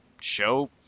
show